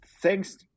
thanks